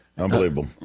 Unbelievable